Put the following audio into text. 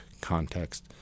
context